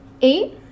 Eight